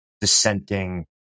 dissenting